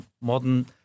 modern